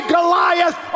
Goliath